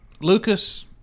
lucas